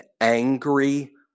angry